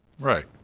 Right